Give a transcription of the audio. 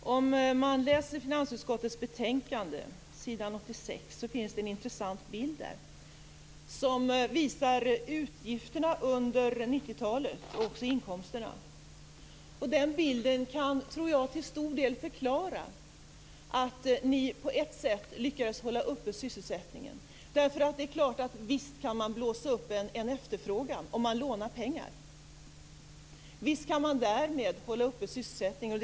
Herr talman! På s. 86 i finansutskottets betänkande finns det en intressant bild. Den visar utgifterna och inkomsterna under 90-talet. Den bilden tror jag till stor del kan förklara att ni på ett sätt lyckades hålla uppe sysselsättningen. Det är klart; visst kan man blåsa upp en efterfrågan om man lånar pengar. Visst kan man därmed hålla uppe sysselsättningen.